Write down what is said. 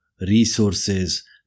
resources